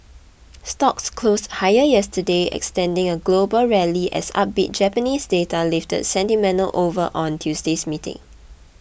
stocks closed higher yesterday extending a global rally as upbeat Japanese data lifted sentiment over on Tuesday's meeting